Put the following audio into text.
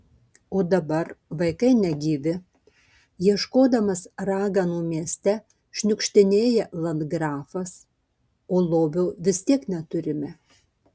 o dabar vaikai negyvi ieškodamas raganų mieste šniukštinėja landgrafas o lobio vis tiek neturime